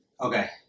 Okay